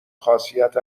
خاصیت